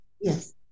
yes